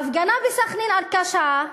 ההפגנה בסח'נין ארכה שעה,